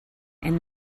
and